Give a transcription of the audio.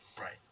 Right